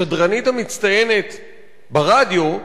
השדרנית המצטיינת ברדיו,